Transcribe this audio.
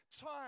time